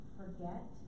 forget